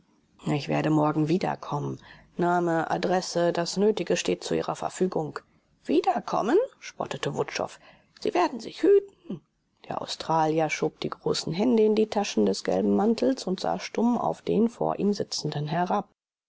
ich werde morgen wiederkommen name adresse das nötige steht zu ihrer verfügung wiederkommen spottete wutschow sie werden sich hüten der australier schob die großen hände in die taschen des gelben mantels und sah stumm auf den vor ihm sitzenden herab